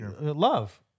Love